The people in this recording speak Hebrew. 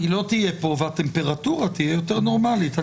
היא לא תהיה כאן והטמפרטורה תהיה יותר נורמלית.